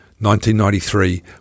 1993